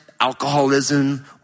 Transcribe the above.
alcoholism